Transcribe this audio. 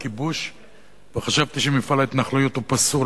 לכיבוש וחשבתי שמפעל ההתנחלויות הוא פסול,